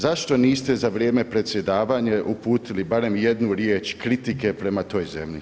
Zašto niste za vrijeme predsjedavanja uputili barem jednu riječ kritike prema toj zemlji?